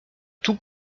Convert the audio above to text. tout